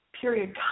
period